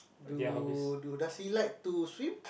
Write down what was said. do do does he like to swim